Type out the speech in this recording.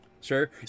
sure